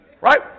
Right